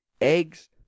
eggs